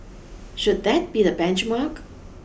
should that be the benchmark